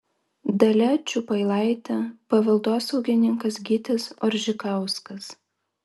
dalia čiupailaitė paveldosaugininkas gytis oržikauskas